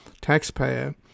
taxpayer